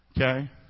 Okay